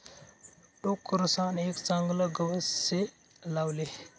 टोकरसान एक चागलं गवत से लावले